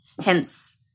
hence